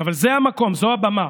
אבל זה המקום, זאת הבמה.